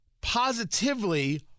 positively